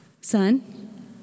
Son